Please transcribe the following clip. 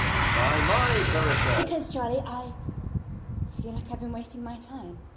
my my, clarissa because, charlie, i feel like i've been wasting my time.